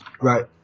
Right